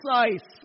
precise